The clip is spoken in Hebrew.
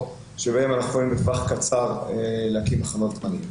שבהם אנחנו יכולים בטווח קצר להקים מחנות עולים.